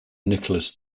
nicholas